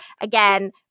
Again